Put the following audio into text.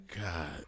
God